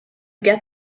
get